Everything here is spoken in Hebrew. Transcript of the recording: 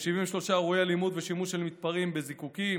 מטריד אותך שלא נכנסו מספיק אנשים להר